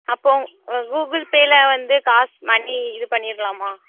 அப்போது கூகுள் பேயில் வந்து காசு மணி இது பண்ணிடலாமா